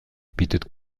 bietet